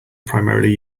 primarily